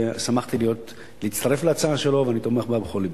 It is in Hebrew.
שמחתי להצטרף להצעה שלו ואני תומך בה בכל לבי.